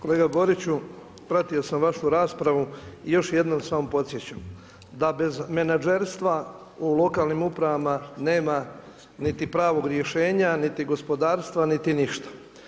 Kolega Boriću pratio sam vašu raspravu i još jednom samo podsjećam da bez menadžerstva u lokalnim upravama nema niti pravog rješenja, niti gospodarstva, niti ništa.